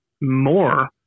more